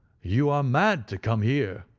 you are mad to come here,